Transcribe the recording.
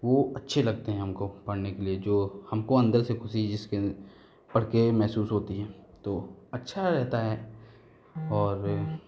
वह अच्छे लगते हैं हमको पढ़ने के लिए जो हमको अंदर से ख़ुशी जिस पर पढ़कर महसूस होती है तो अच्छा लगता है और वह